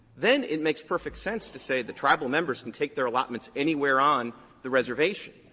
then it makes perfect sense to say the tribal members can take their allotments anywhere on the reservation.